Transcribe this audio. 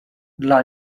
dla